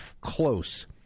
close